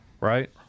Right